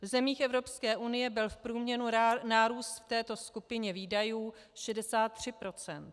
V zemích Evropské unie byl v průměru nárůst v této skupině výdajů 63 %.